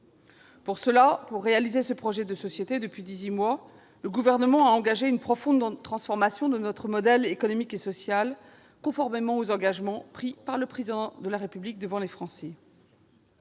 aujourd'hui. Pour réaliser ce projet de société, le Gouvernement a engagé depuis dix-huit mois une profonde transformation de notre modèle économique et social, conformément aux engagements pris par le Président de la République devant les Français.